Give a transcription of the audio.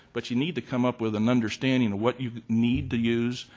but you need to come up with an understanding of what you need to use,